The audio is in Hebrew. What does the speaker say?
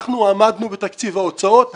אנחנו עמדנו בתקציב ההוצאות.